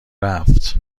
رفت